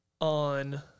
on